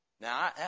Now